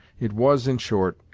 it was, in short,